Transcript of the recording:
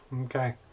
Okay